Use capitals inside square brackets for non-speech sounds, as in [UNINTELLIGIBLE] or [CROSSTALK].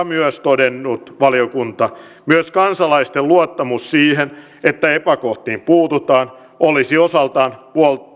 [UNINTELLIGIBLE] myös todennut myös kansalaisten luottamus siihen että epäkohtiin puututaan olisi osaltaan